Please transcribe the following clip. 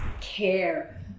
care